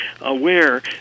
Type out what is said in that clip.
aware